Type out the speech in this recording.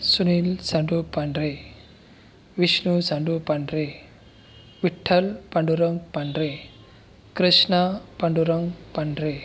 Sunil Sandu Pandhare Vishnu Sandu Pandhare Vitthal Pandurang Pandhare Krishna Pandurang Pandhare